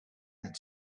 had